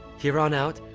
here on out,